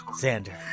Xander